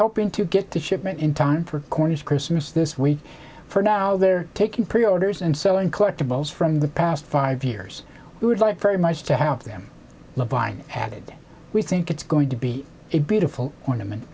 hoping to get the shipment in time for corn as christmas this week for now they're taking priore and so in collectibles from the past five years we would like very much to have them levein added we think it's going to be a beautiful ornament